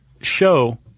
show